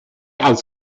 als